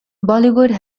bollywood